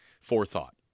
forethought